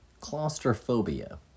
Claustrophobia